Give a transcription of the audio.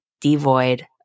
devoid